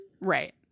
Right